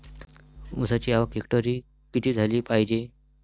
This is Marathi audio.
ऊसाची आवक हेक्टरी किती झाली पायजे?